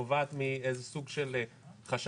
נובעת מאיזה סוג של חשש,